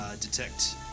Detect